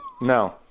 No